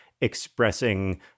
expressing